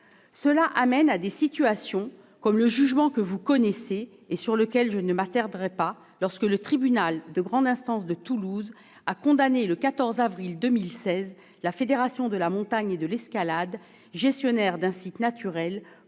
de la nature. Cela peut conduire au jugement que vous connaissez et sur lequel je ne m'attarderai pas, lorsque le tribunal de grande instance de Toulouse a condamné le 14 avril 2016, la Fédération de la montagne et de l'escalade, gestionnaire d'un site naturel